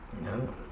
No